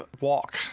walk